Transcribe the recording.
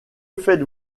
faites